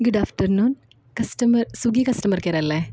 good afternoon customer Swiggy customer കെയറല്ലെ